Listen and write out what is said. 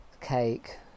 cake